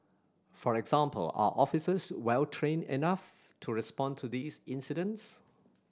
for example are officers well trained enough to respond to these incidents